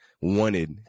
wanted